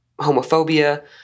homophobia